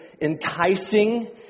enticing